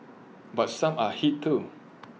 but some are hit too